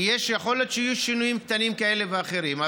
כי יכול להיות שיהיו שינויים קטנים כאלה ואחרים,